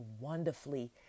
wonderfully